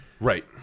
Right